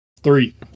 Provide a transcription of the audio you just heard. Three